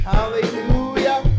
Hallelujah